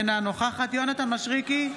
אינה נוכחת יונתן מישרקי,